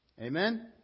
Amen